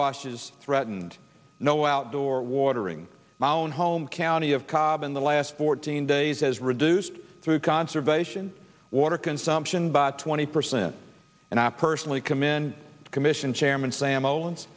washes threatened no outdoor watering my own home county of cobb in the last fourteen days has reduced through conservation water consumption by twenty percent and i personally commend commission chairman sam owens